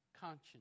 conscience